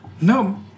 No